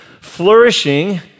flourishing